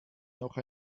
noch